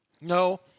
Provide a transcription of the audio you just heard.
No